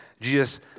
Jesus